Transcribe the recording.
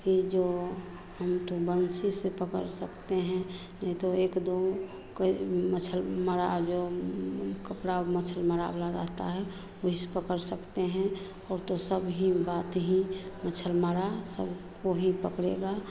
कि जो हम तो बंसी से पकड़ सकते हैं नहीं तो एक दो कोई मछली मारा जो कपड़ा मछली मारा बला रहता है वैसे पकड़ सकते हैं और तो सब ही बात ही मछली मारा सब को ही पकड़ेगा